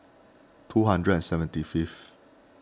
two hundred and seventy fifth